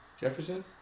Jefferson